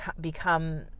become